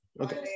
Okay